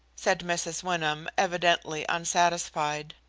said mrs. wyndham, evidently unsatisfied.